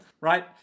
Right